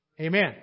Amen